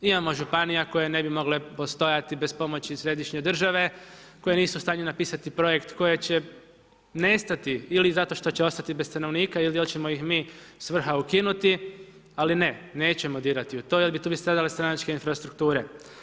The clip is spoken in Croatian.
Imamo županija koje ne bi mogle postojati bez pomoći središnje države koje nisu u stanju napisati projekt kojeg će nestati ili zato što će ostati bez stanovnika ili hoćemo ih mi sa vrha ukinuti, ali ne, nećemo dirati u to jer tu bi stradale stranačke infrastrukture.